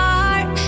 heart